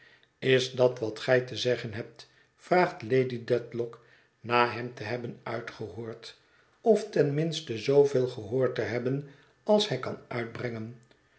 is dat wat gij te zeggen hebt vraagt lady dedlock na hem te hebben uitgehoord of ten minste zooveel gehoord te hebben als hij kan uitbrengen